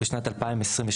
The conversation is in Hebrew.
בשנת 2022,